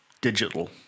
digital